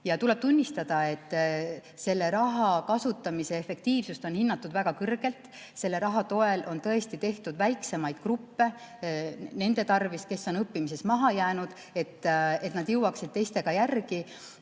Tuleb tunnistada, et selle raha kasutamise efektiivsust on hinnatud väga kõrgelt. Selle raha toel on tehtud väiksemaid gruppe nende tarvis, kes on õppimises maha jäänud, et nad jõuaksid teistele järele.